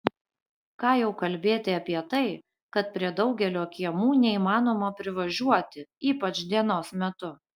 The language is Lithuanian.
ką jau kalbėti apie tai kad prie daugelio kiemų neįmanoma privažiuoti ypač dienos metu